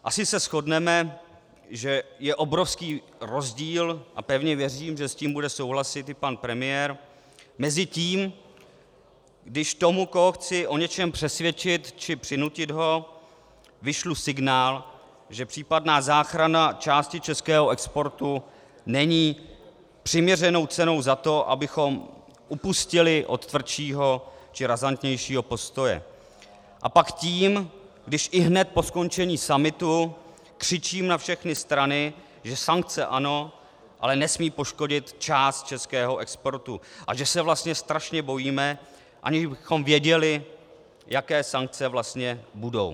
Asi se shodneme, že je obrovský rozdíl, a pevně věřím, že se s tím bude souhlasit i pan premiér, mezi tím, když tomu, koho chci o něčem přesvědčit či přinutit ho, vyšlu signál, že případná záchrana části českého exportu není přiměřenou cenou za to, abychom upustili od tvrdšího či razantnějšího postoje, a pak tím, když ihned po skončení summitu křičím na všechny strany, že sankce ano, ale nesmí poškodit část českého exportu a že se vlastně strašně bojíme, aniž bychom věděli, jaké sankce vlastně budou.